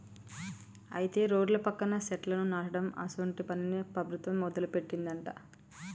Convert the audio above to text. అయితే రోడ్ల పక్కన సెట్లను నాటడం అసోంటి పనిని ప్రభుత్వం మొదలుపెట్టిందట